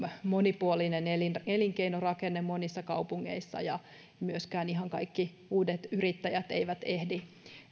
monipuolinen elinkeinorakenne monissa kaupungeissa ja myöskään ihan kaikki uudet yrittäjät eivät ehdi